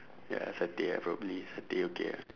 ya satay ah probably satay okay ah